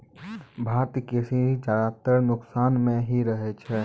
भारतीय कृषि ज्यादातर नुकसान मॅ ही रहै छै